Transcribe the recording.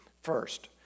first